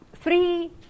three